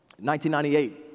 1998